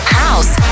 house